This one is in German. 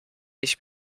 ich